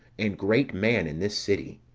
and great man in this city,